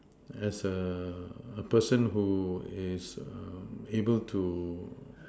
as a person who is able to